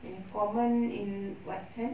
eh common in what sense